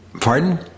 pardon